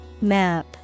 Map